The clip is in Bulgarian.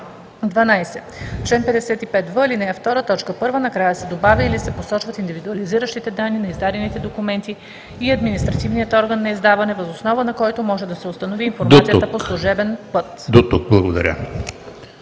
12. В чл. 55в, ал. 2, т. 1 накрая се добавя „или се посочват индивидуализиращите данни на издадените документи и административният орган на издаване, въз основа на които може да се установи информацията по служебен път.“ ПРЕДСЕДАТЕЛ